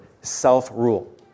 self-rule